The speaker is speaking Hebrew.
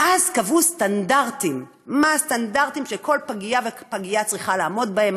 ואז קבעו סטנדרטים שכל פגייה ופגייה צריכה לעמוד בהם,